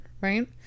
right